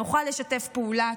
נוכל לשתף פעולה,